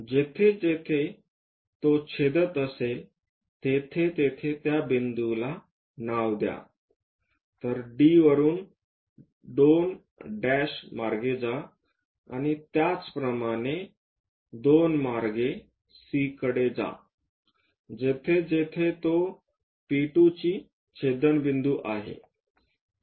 जेथे जेथे तो छेदत असेल तेथे त्या बिंदूला नाव द्या तर D वरुन 2' मार्गे जा आणि त्याचप्रमाणे 2 मार्गे C कडे जा जेथे जेथे तो P2 ची छेदनबिंदू आहे